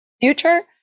future